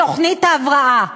בתוכנית הבראה,